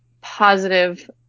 positive